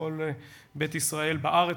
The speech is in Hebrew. לכל בית ישראל בארץ